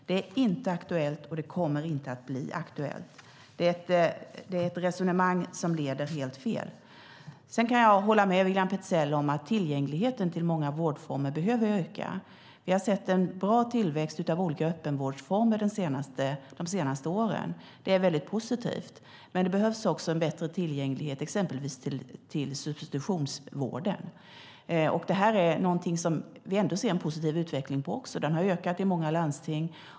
Det är inte aktuellt, och det kommer inte att bli aktuellt. Det är ett resonemang som leder helt fel. Sedan kan jag hålla med William Petzäll om att tillgängligheten till många vårdformer behöver öka. Vi har sett en bra tillväxt av olika öppenvårdsformer de senaste åren, och det är mycket positivt, men det behövs bättre tillgänglighet exempelvis till substitutionsvården. Där ser vi dock en positiv utveckling. Den har ökat i många landsting.